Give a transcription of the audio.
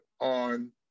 on